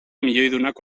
milioidunak